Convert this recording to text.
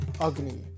Agni